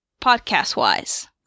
podcast-wise